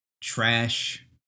trash